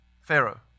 Pharaoh